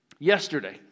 Yesterday